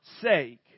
sake